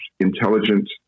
intelligent